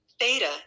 Theta